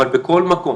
אבל בכל מקום